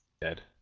Dead